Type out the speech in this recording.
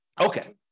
Okay